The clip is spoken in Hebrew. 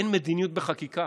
אין מדיניות בחקיקה.